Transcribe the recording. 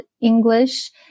english